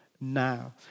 now